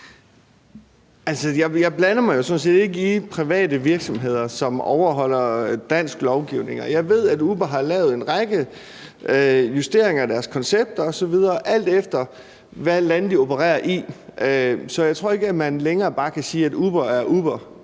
mig jo sådan set ikke i private virksomheder, som overholder dansk lovgivning. Jeg ved, at Uber har lavet en række justeringer af deres koncepter osv., alt efter hvilket land de opererer i. Så jeg tror ikke, man længere bare kan sige, at Uber er Uber.